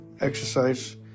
exercise